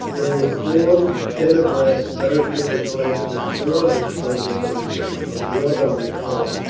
they were formed ten abreast. beric took his place before the front line of one of the columns,